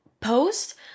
post